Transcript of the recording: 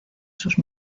sus